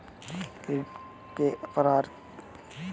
Credit के four C क्या हैं?